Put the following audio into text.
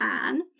Anne